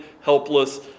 helpless